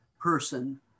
person